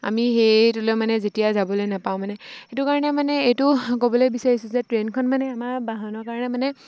আমি সেইটোলৈ মানে যেতিয়া যাবলৈ নাপাওঁ মানে সেইটো কাৰণে মানে এইটো ক'বলৈ বিচাৰিছোঁ যে ট্ৰেইনখন মানে আমাৰ বাহনৰ কাৰণে মানে